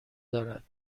دارد